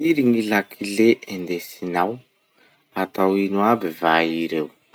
Firy gny lakile indesinao? Hatao ino aby va ii reo?